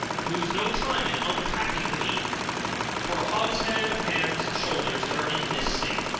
lose no time in unpacking the meat for a hogshead of hams and shoulders that are in this state,